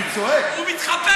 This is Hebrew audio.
תתבייש.